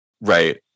right